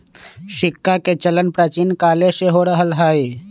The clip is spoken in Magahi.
सिक्काके चलन प्राचीन काले से हो रहल हइ